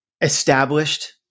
established